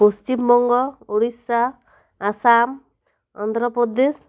Paschim Banga Odisha Assam Andhra Pradesh